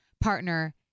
partner